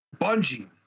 Bungie